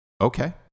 okay